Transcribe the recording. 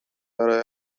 برای